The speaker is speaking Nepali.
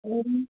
ए